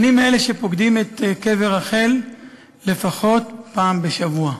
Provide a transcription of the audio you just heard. אני מאלה שפוקדים את קבר רחל לפחות פעם בשבוע.